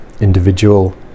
individual